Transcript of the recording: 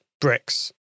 bricks